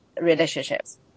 relationships